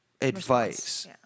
advice